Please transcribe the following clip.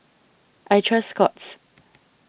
I trust Scott's